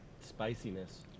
spiciness